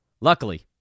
Luckily